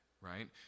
right